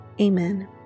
Amen